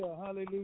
hallelujah